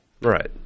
right